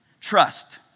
Trust